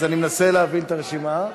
אני מנסה להבין את הרשימה.